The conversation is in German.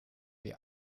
wie